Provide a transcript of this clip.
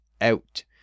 out